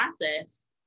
process